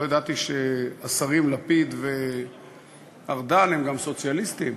לא ידעתי שהשרים לפיד וארדן הם גם סוציאליסטים.